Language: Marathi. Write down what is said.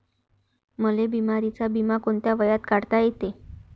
मले बिमारीचा बिमा कोंत्या वयात काढता येते?